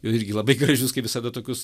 irgi labai gražius kaip visada tokius